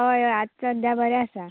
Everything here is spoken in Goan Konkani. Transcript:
होय आत सद्या बरें आसा